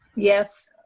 yes.